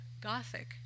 Gothic